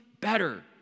better